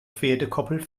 pferdekoppel